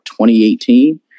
2018